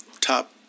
Top